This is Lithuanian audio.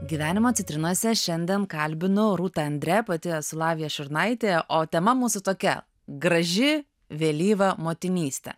gyvenimo citrinose šiandien kalbinu rūta andre pati esu lavija širnaitė o tema mūsų tokia graži vėlyva motinystė